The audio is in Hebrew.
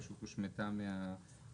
היא פשוט הושמטה מהנוסח,